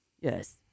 Yes